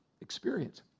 experience